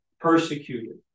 persecuted